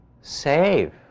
save